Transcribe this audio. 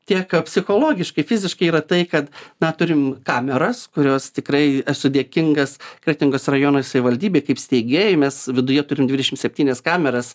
tiek psichologiškai fiziškai yra tai kad na turim kameras kurios tikrai esu dėkingas kretingos rajono savivaldybei kaip steigėjai mes viduje turim dvidešim septynias kameras